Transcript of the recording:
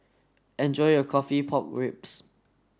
enjoy your coffee pork ribs